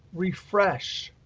refresh.